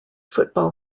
football